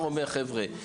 חבר'ה,